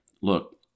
look